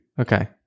Okay